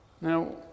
Now